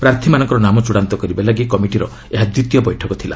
ପ୍ରାର୍ଥୀମାନଙ୍କର ନାମ ଚୃଡ଼ାନ୍ତ କରିବା ଲାଗି କମିଟିର ଏହା ଦ୍ୱିତୀୟ ବୈଠକ ଥିଲା